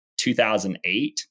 2008